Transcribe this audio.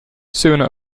sooner